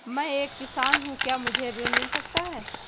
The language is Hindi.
मैं एक किसान हूँ क्या मुझे ऋण मिल सकता है?